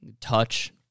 touch